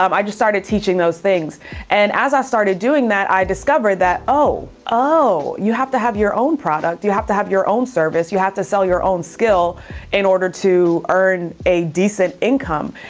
um i just started teaching those things and as i started doing that, i discovered that, oh, oh, you have to have your own product. you have to have your own service. you have to sell your own skill in order to earn a decent income.